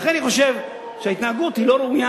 לכן אני חושב שההתנהגות היא לא ראויה.